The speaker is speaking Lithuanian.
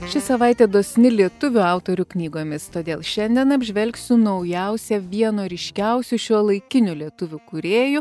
ši savaitė dosni lietuvių autorių knygomis todėl šiandien apžvelgsiu naujausią vieno ryškiausių šiuolaikinių lietuvių kūrėjų